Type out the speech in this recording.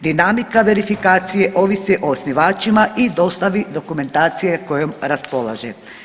Dinamika verifikacije ovisi o osnivačima i dostavi dokumentacije kojom raspolaže.